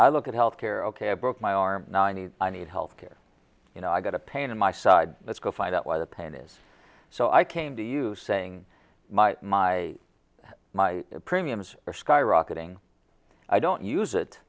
i look at health care ok i broke my arm ninety i need health care you know i got a pain in my side let's go find out why the pain is so i came to you saying my my my premiums are skyrocketing i don't use it